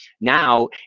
Now